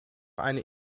eine